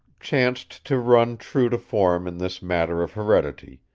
chanced to run true to form in this matter of heredity,